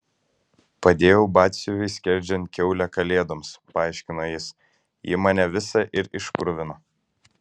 padėjau batsiuviui skerdžiant kiaulę kalėdoms paaiškino jis ji mane visą ir iškruvino